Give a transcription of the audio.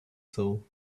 soul